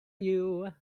you